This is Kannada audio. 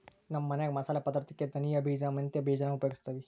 ನಮ್ಮ ಮನ್ಯಾಗ ಮಸಾಲೆ ಪದಾರ್ಥುಕ್ಕೆ ಧನಿಯ ಬೀಜ, ಮೆಂತ್ಯ ಬೀಜಾನ ಉಪಯೋಗಿಸ್ತೀವಿ